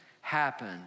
happen